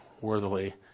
worthily